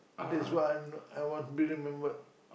this one I want be remembered